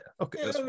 okay